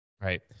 Right